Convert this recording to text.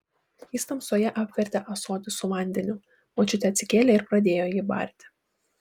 jis tamsoje apvertė ąsotį su vandeniu močiutė atsikėlė ir pradėjo jį barti